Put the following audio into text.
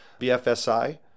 BFSI